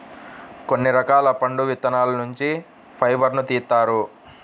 కొన్ని రకాల పండు విత్తనాల నుంచి కూడా ఫైబర్ను తీత్తారు